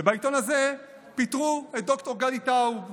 ובעיתון הזה פיטרו את ד"ר גדי טאוב,